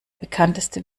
bekannteste